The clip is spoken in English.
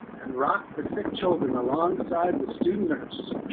and rocked the sick children alongside the student nurse.